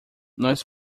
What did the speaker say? nós